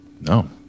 No